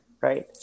right